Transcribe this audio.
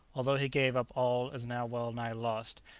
although he gave up all as now well-nigh lost,